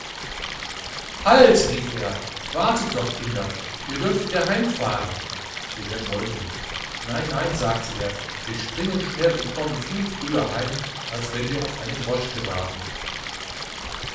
halt rief er wartet doch kinder ihr dürft wieder heim fahren wilhelm wollte nicht nein nein sagte er wir springen schnell und kommen viel früher heim als wenn wir auf eine droschke warten